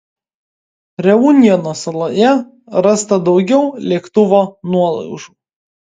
reunjono saloje rasta daugiau lėktuvo nuolaužų